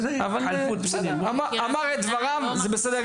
אמרת את דבריך.